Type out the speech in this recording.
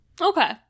Okay